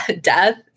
death